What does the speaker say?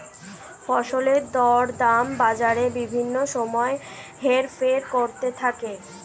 ফসলের দরদাম বাজারে বিভিন্ন সময় হেরফের করতে থাকে